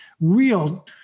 real